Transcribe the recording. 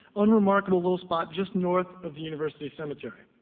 unremarkable little spot just north of the university cemetery.